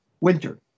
Winter